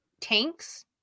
tanks